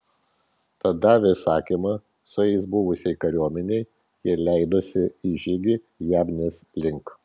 tad davę įsakymą su jais buvusiai kariuomenei jie leidosi į žygį jabnės link